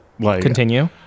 continue